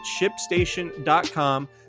ShipStation.com